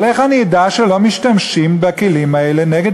אבל איך אני אדע שלא משתמשים בכלים האלה נגד